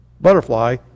butterfly